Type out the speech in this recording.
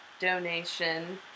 donation